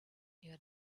your